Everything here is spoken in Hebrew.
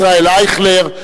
ישראל אייכלר,